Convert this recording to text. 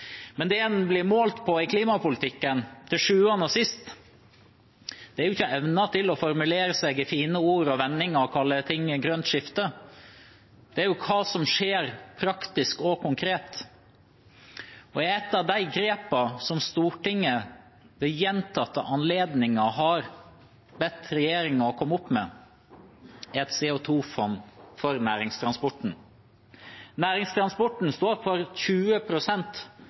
Men det en blir målt på i klimapolitikken til sjuende og sist, er jo ikke evnen til å formulere seg i fine ord og vendinger og kalle ting grønt skifte. Det er hva som skjer praktisk og konkret. Et av de grepene som Stortinget ved gjentatte anledninger har bedt regjeringen komme opp med, er et CO 2 -fond for næringstransporten. Næringstransporten står for